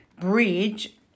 Bridge